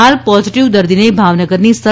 હાલ પોઝીટીવ દર્દીને ભાવનગરની સર